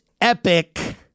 epic